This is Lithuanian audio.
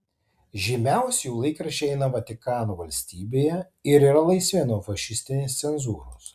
žymiausi jų laikraščiai eina vatikano valstybėje ir yra laisvi nuo fašistinės cenzūros